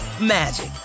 magic